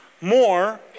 more